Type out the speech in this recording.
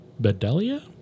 Bedelia